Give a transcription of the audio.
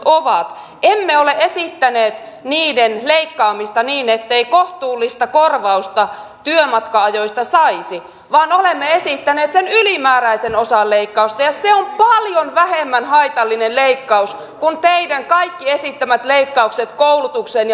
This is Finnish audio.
emme ole esittäneet niiden leikkaamista niin ettei kohtuullista korvausta työmatka ajoista saisi vaan olemme esittäneet sen ylimääräisen osan leikkausta ja se on paljon vähemmän haitallinen leikkaus kuin teidän kaikki esittämänne leikkaukset koulutukseen ja varhaiskasvatukseen